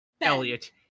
Elliot